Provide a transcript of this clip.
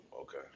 Okay